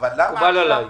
מקובל עליי.